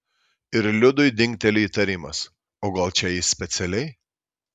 ir liudui dingteli įtarimas o gal čia jis specialiai